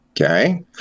Okay